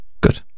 good